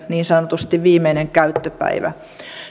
niin sanotusti viimeinen käyttöpäivä